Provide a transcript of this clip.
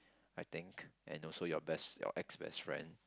I think and also your best your ex best friend